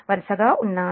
వరుసగా ఉన్నాయి